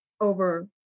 over